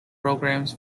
programs